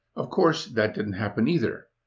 of course, that didn't happen either,